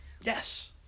Yes